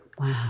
Wow